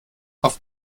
auf